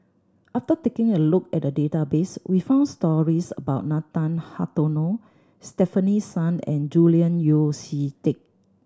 after taking a look at the database we found stories about Nathan Hartono Stefanie Sun and Julian Yeo See Teck